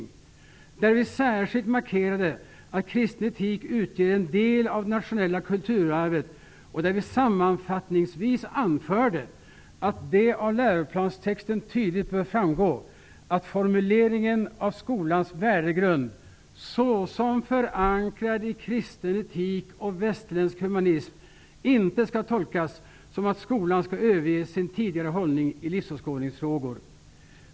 Vi markerade särskilt att kristen etik utgör en del av det nationella kulturarvet. Sammanfattningsvis anförde vi att det av läroplanstexten bör framgå tydligt att formuleringen om skolans värdegrund såsom förankrad i kristen etik och västerländsk humanism inte skall tolkas som att skolan skall överge sin tidigare hållning i livsåskådningsfrågor.